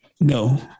No